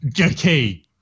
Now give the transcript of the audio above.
Okay